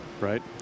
right